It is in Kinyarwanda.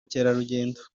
by’ubukerarugendo